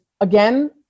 again